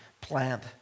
plant